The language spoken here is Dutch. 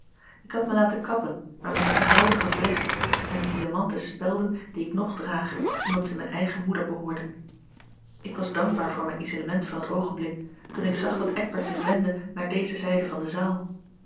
ik had mij laten kappen maar met eene eenvoudige vlecht en de diamanten spelden die ik nog draag omdat zij mijne eigen moeder behoorden ik was dankbaar voor mijn isolement van het oogenblik toen ik zag dat eckbert zich wendde naar deze zijde van de zaal